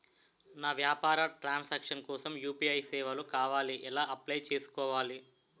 నా వ్యాపార ట్రన్ సాంక్షన్ కోసం యు.పి.ఐ సేవలు కావాలి ఎలా అప్లయ్ చేసుకోవాలి?